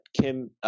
Kim –